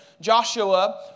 Joshua